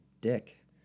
dick